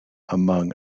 among